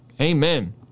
Amen